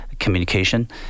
communication